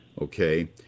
Okay